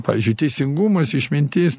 pavyzdžiui teisingumas išmintis